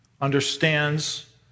understands